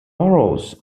arrows